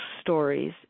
stories